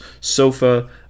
sofa